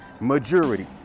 majority